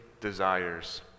desires